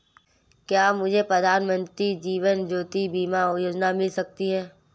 क्या मुझे प्रधानमंत्री जीवन ज्योति बीमा योजना मिल सकती है?